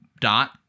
dot